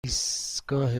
ایستگاه